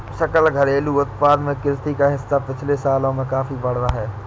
सकल घरेलू उत्पाद में कृषि का हिस्सा पिछले सालों में काफी बढ़ा है